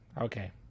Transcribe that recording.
Okay